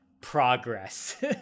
progress